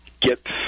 get